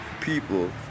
people